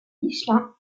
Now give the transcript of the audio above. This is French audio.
michelin